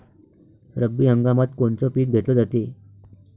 रब्बी हंगामात कोनचं पिक घेतलं जाते?